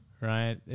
Right